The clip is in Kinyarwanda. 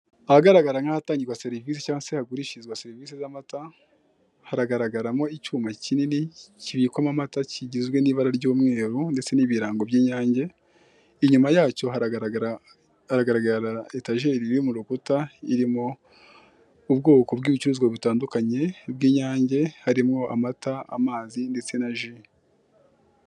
Ahagaragara nk'atangirwa serivisi cyangwa hagurishirizwa serivisi z'amata, haragaragaramo icyuma kinini kibikwamo amata kigizwe n'ibara ry'umweru ndetse n'ibirango by'inyange, inyuma yacyo haragaragara hagaragara etajeri iri mu rukuta irimo ubwoko bw'ibicuruzwa butandukanye bw'inyange harimo amata, amazi ndetse na ji.